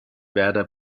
werder